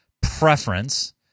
preference